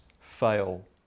fail